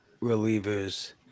relievers